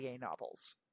novels